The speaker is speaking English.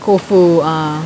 Koufu ah